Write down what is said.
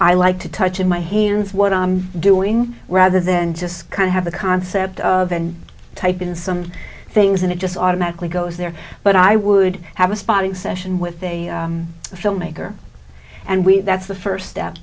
i like to touch in my hands what i'm doing rather then just kind of have the concept of and type in some things and it just automatically goes there but i would have a spotting session with a filmmaker and we that's the first step